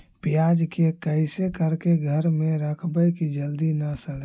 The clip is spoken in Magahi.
प्याज के कैसे करके घर में रखबै कि जल्दी न सड़ै?